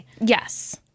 Yes